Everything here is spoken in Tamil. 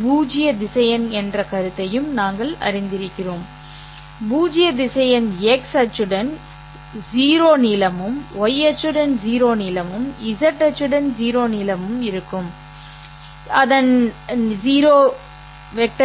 பூஜ்ய திசையன் என்ற கருத்தையும் நாங்கள் அறிந்திருக்கிறோம் பூஜ்ய திசையன் x அச்சுடன் 0 நீளமும் y அச்சுடன் 0 நீளமும் z அச்சுடன் 0 நீளமும் இருக்கும் 0 0